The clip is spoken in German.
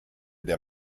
der